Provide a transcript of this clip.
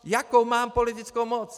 Jakou mám politickou moc?